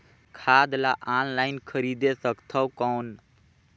खाद ला ऑनलाइन खरीदे सकथव कौन?